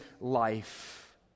life